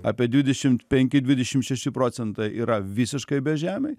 apie dvidešim penki dvidešim šeši procentai yra visiškai bežemiai